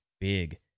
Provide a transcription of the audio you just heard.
big